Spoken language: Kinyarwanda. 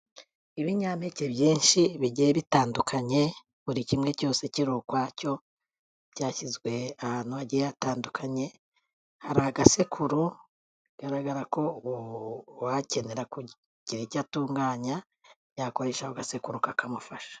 Ibinyampeke byinshi bigiye bitandukanye buri kimwe cyose kiri ukwacyo byashyizwe ahantu hagiye hatandukanye, hari agasekuru bigaragara ko uwakenera kugira icyo atunganya yakoresha ako gasekuru kakamufasha.